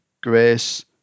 Grace